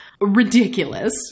ridiculous